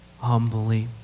humbly